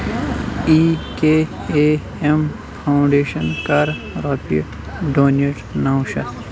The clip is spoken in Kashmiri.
E K A M foundations کَر رۄپیہِ ڈونیٹ نو شیٚتھ